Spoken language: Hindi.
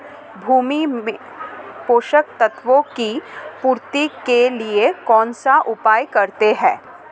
भूमि में पोषक तत्वों की पूर्ति के लिए कौनसा उपाय करते हैं?